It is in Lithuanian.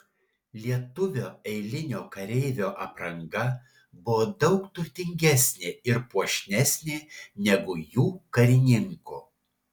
lietuvio eilinio kareivio apranga buvo daug turtingesnė ir puošnesnė negu jų karininko